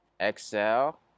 Exhale